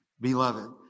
beloved